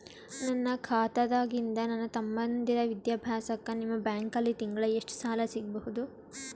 ನನ್ನ ಖಾತಾದಾಗಿಂದ ನನ್ನ ತಮ್ಮಂದಿರ ವಿದ್ಯಾಭ್ಯಾಸಕ್ಕ ನಿಮ್ಮ ಬ್ಯಾಂಕಲ್ಲಿ ತಿಂಗಳ ಎಷ್ಟು ಸಾಲ ಸಿಗಬಹುದು?